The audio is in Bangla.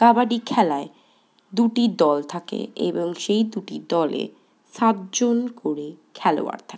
কাবাডি খেলায় দুটি দল থাকে এবং সেই দুটি দলে সাতজন করে খেলোয়াড় থাকে